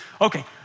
Okay